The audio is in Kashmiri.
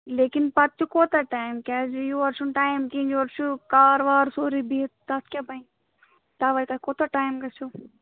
لیکِن پَتہٕ تہِ کوتاہ ٹایِم کیٛازِ یور چھُنہٕ ٹایم کِہیٖنۍ یورٕ چھُ کار وار سورٕے بِہِتھ تَتھ کیٛاہ بَنہِ تَوَے تۄہہِ کوٗتاہ ٹایم گَژھیو